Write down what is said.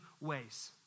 ways